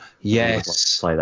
yes